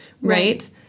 right